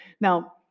Now